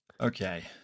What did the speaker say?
Okay